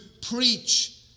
preach